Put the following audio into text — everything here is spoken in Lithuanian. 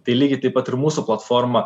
tai lygiai taip pat ir mūsų platforma